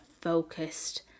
focused